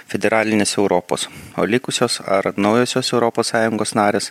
federalinės europos o likusios ar naujosios europos sąjungos narės